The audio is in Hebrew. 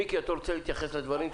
מיקי לוי, אתה רוצה להתייחס לדברים שלו.